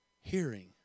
hearing